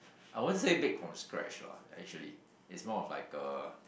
I won't say bake from scratch lah actually it's more of like a